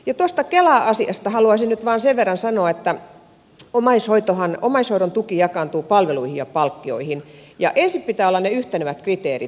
tuosta kela asiasta haluaisin nyt vain sen verran sanoa että omaishoidon tuki jakaantuu palveluihin ja palkkioihin ja ensin pitää olla ne yhtenevät kriteerit